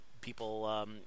people